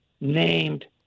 named